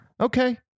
Okay